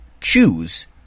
choose